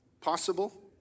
possible